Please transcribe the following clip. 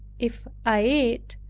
if i eat,